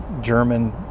German